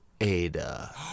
Ada